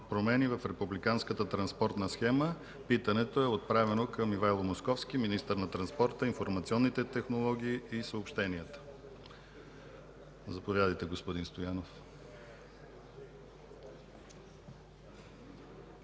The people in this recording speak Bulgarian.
промени в Републиканската транспортна схема. Питането е отправено към Ивайло Московски – министър на транспорта, информационните технологии и съобщенията. Заповядайте, господин Стоянов.